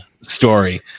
story